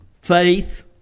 faith